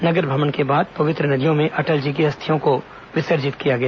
नगर भ्रमण के बाद पवित्र नदियों में अटल जी की अस्थियों को विसर्जित किया गया